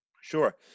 Sure